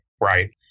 Right